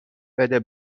بده